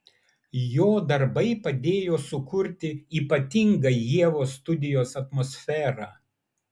jo darbai padėjo sukurti ypatingą ievos studijos atmosferą